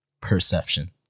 perception